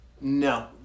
No